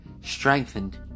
strengthened